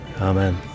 Amen